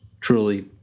truly